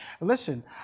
listen